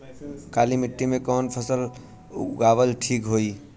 काली मिट्टी में कवन फसल उगावल ठीक होई?